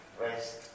rest